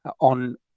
on